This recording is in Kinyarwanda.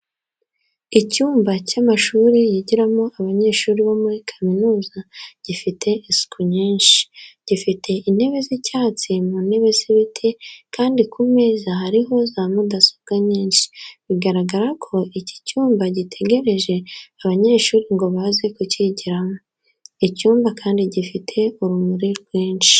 Icyumba cy'amashuri yigiramo abanyeshuri bo muri kaminuza gifite isuku nyinshi, gifite intebe z'icyatsi mu ntebe z'ibiti kandi ku meza hariho za mudasobwa nyinshi bigaragara ko iki cyumba gitegereje abanyeshuri ngo baze kucyigiramo. Icyumba kandi gifite urumuri rwinshi.